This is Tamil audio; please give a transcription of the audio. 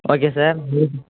okay sir